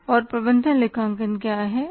और प्रबंधन लेखांकन क्या है